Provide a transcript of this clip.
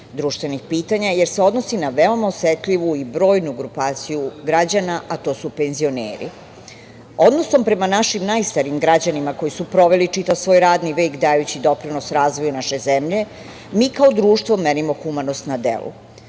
društvenih pitanja, jer se odnosi na veoma osetljivu i brojnu grupaciju građana, a to su penzioneri. Odnosom prema našim najstarijim građanima, koji su proveli čitav svoj radni vek dajući doprinos razvoju naše zemlje, mi kao društvo merimo humanost na delu.